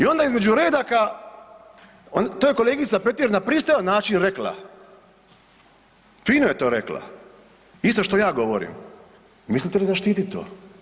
I onda između redaka, to je kolegica Petir, na pristojan način rekla, fino je to rekla, isto što ja govorim, mislite li zaštititi to?